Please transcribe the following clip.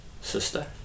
sister